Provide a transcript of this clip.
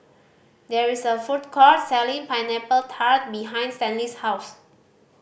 there is a food court selling Pineapple Tart behind Stanley's house